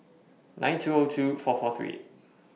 nine two O two four four three eight